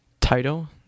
Title